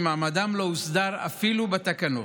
שמעמדם לא הוסדר אפילו בתקנות".